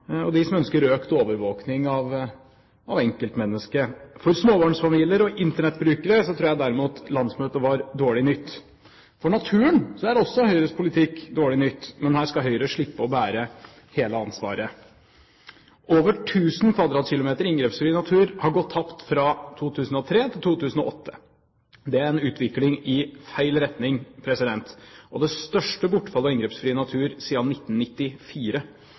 og de som ønsker økt overvåkning av enkeltmennesket. For småbarnsfamilier og Internett-brukere derimot tror jeg landsmøtet var dårlig nytt. For naturen er også Høyres politikk dårlig nytt, men her skal Høyre slippe å bære hele ansvaret. Over 1 000 km2 inngrepsfri natur har gått tapt fra 2003 til 2008. Det er en utvikling i feil retning og det største bortfallet av inngrepsfri natur siden 1994.